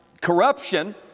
corruption